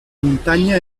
muntanya